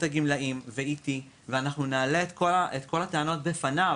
הגמלאים ואיתי ואנחנו נעלה את כל הטענות בפניו.